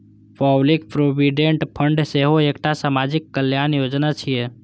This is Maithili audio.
पब्लिक प्रोविडेंट फंड सेहो एकटा सामाजिक कल्याण योजना छियै